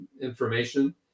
information